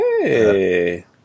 Hey